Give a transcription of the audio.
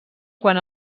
quan